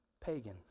Pagan